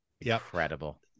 Incredible